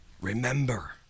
Remember